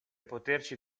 poterci